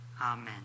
Amen